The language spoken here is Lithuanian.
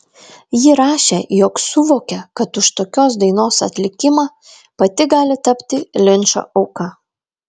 ji rašė jog suvokė kad už tokios dainos atlikimą pati gali tapti linčo auka